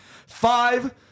Five